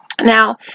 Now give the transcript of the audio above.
Now